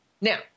Now